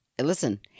listen